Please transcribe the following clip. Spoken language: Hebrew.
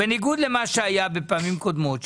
בניגוד למה שהיה בפעמים קודמות,